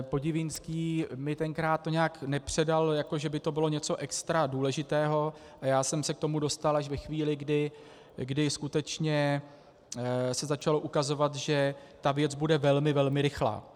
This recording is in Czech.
Podivínský mi to tenkrát nějak nepředal, že by to bylo něco extra důležitého, a já jsem se k tomu dostal až ve chvíli, kdy se skutečně začalo ukazovat, že věc bude velmi, velmi rychlá.